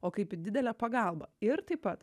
o kaip į didelę pagalbą ir taip pat